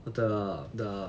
the the